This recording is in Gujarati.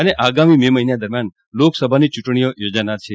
અને આગામી મે મહિના દરમિયાન લોકસભાની ચૂંટણીઓ યોજાનાર છે